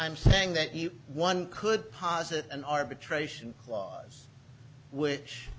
i'm saying that you one could posit an arbitration clause which